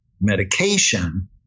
medication